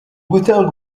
gutanga